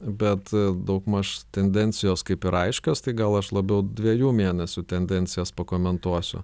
bet daugmaž tendencijos kaip ir aiškios tai gal aš labiau dviejų mėnesių tendencijas pakomentuosiu